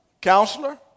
counselor